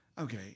okay